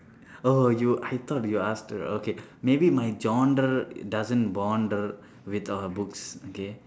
oh you I thought you asked her okay maybe my genre doesn't bond with uh books okay